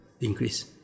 increase